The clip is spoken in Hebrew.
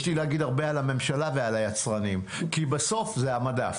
יש לי להגיד הרבה על הממשלה ועל היצרנים כי בסוף זה המדף,